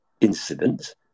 incidents